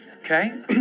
okay